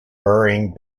burying